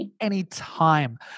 anytime